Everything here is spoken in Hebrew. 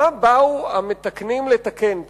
מה באו המתקנים לתקן פה,